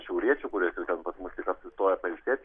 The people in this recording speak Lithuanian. šiauriečių kurie ten pas mus tik apsistoja pailsėt